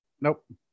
Nope